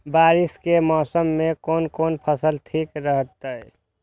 बारिश के मौसम में कोन कोन फसल ठीक रहते?